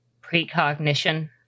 precognition